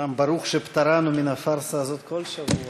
אומנם ברוך שפטרנו מן הפארסה הזאת כל שבוע,